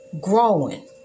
growing